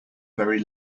very